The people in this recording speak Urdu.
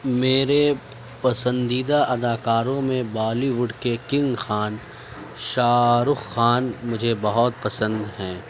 میرے پسندیدہ اداکاروں میں بالی وڈ کے کنگ خان شاہ رخ خان مجھے بہت پسند ہیں